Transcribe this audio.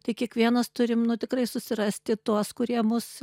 tai kiekvienas turim nu tikrai susirasti tuos kurie mus